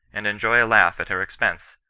and enjoy a laugh at her expense.